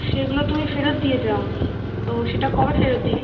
সেগুলো তুমি ফেরত দিয়ে যাও নি তো সেটা কবে ফেরত দিচ্ছো